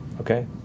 Okay